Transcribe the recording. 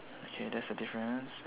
okay that's a difference